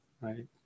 right